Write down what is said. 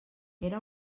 era